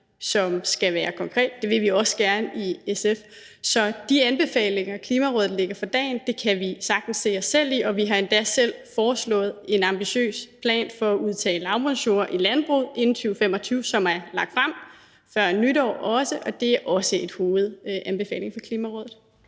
som skal være konkret. Det vil vi også gerne i SF. Så de anbefalinger, Klimarådet lægger for dagen, kan vi sagtens se os selv i, og vi har endda selv foreslået en ambitiøs plan for at udtage lavbundsjorder i landbruget inden 2025. Det er lagt frem før nytår, og det er også en hovedanbefaling fra Klimarådet.